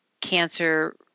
cancer